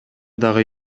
дагы